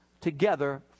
together